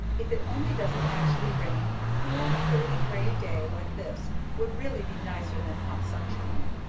if it only doesn't actually rain, a cool, pearly gray day like this would really be nicer than hot sunshine.